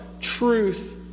truth